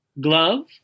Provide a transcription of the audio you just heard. Glove